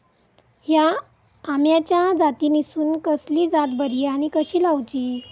हया आम्याच्या जातीनिसून कसली जात बरी आनी कशी लाऊची?